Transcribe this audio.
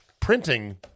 Printing